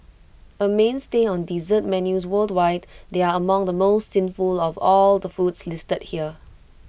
A mainstay on dessert menus worldwide they are among the most sinful of all the foods listed here